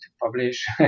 publish